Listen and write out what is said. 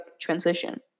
transition